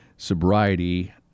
sobriety